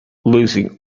losing